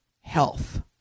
health